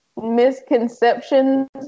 misconceptions